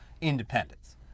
independence